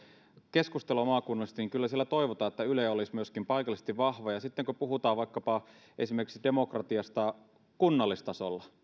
keskustelua maakunnallisesti niin kyllä siellä toivotaan että yle olisi myöskin paikallisesti vahva sitten kun puhutaan vaikkapa esimerkiksi demokratiasta kunnallistasolla